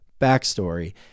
backstory